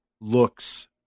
looks –